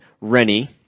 Rennie